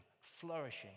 flourishing